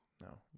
no